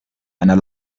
einer